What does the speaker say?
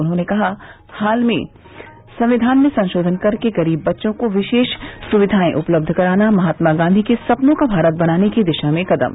उन्होंने कहा हाल में संविधान में संशोधन करके गरीब बच्चों को विशेष सुविधायें उपलब्ध कराना महात्मा गांधी के सपनों का भारत बनाने की दिशा में कदम